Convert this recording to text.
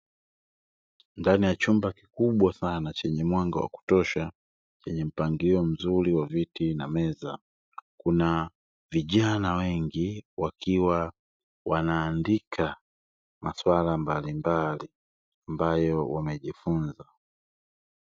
Ndani ya chumba kikubwa sana chenye mwanga wa kutosha chenye mpangilio mzuri wa viti na meza. Kuna vijana wengi wakiwa wanaandika maswala mbalimbali ambayo wamejifunza.